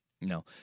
No